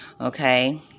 okay